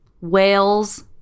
whales